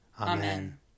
Amen